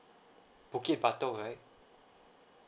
bukit batok right